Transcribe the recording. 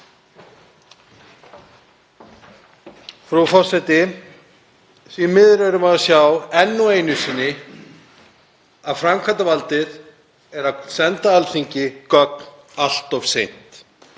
Frú forseti. Því miður erum við að sjá enn einu sinni að framkvæmdarvaldið er að senda Alþingi gögn allt of seint.